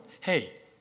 hey